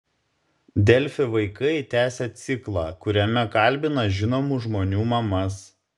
delfi vaikai tęsia ciklą kuriame kalbina žinomų žmonių mamas